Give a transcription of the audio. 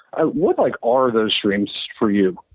ah what like are those streams for you?